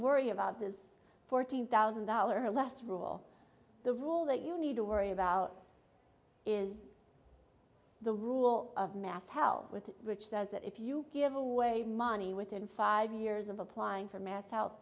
worry about this fourteen thousand dollar less rule the rule that you need to worry about is the rule of mass hell with the rich says that if you give away money within five years of applying for mass